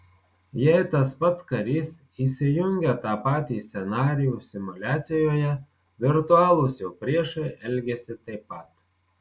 jei tas pats karys įsijungia tą patį scenarijų simuliacijoje virtualūs jo priešai elgiasi taip pat